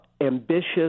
ambitious